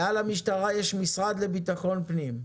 מעל המשטרה יש המשרד לביטחון פנים,